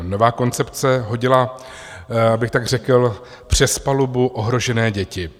Nová koncepce hodila, abych tak řekl, přes palubu ohrožené děti.